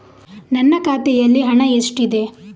ನನ್ನ ಖಾತೆಯಲ್ಲಿ ಹಣ ಎಷ್ಟಿದೆ?